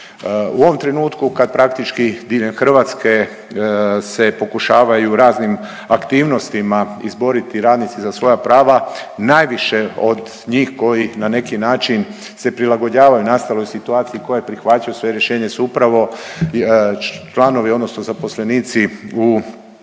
U ovom trenutku kad praktički diljem Hrvatske se pokušavaju raznim aktivnostima izboriti radnici za svoja prava, najviše od njih koji na neki način se prilagođavaju nastaloj situaciji koji prihvaćaju sve rješenja su upravo članovi odnosno zaposlenici u i